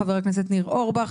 חבר הכנסת ניר אורבך,